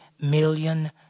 million